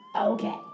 Okay